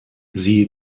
sie